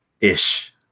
ish